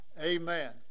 Amen